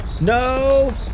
No